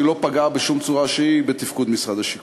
אז היא לא פגעה בשום צורה שהיא בתפקוד משרד השיכון.